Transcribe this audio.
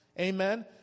Amen